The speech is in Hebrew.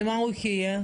ממה הוא יחיה?